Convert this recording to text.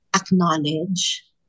acknowledge